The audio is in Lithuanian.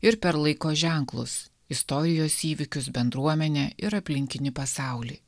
ir per laiko ženklus istorijos įvykius bendruomenę ir aplinkinį pasaulį